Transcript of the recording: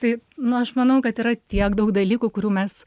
tai nu aš manau kad yra tiek daug dalykų kurių mes